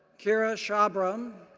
kira schabram,